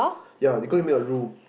yea you go and make a rule